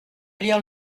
lire